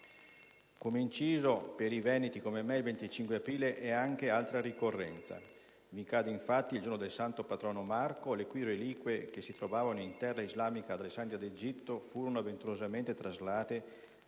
Come inciso, per i veneti come me il 25 aprile è anche un'altra ricorrenza. Cade infatti il giorno del Santo patrono Marco, le cui reliquie, che si trovavano in terra islamica, ad Alessandria d'Egitto, furono avventurosamente traslate